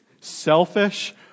selfish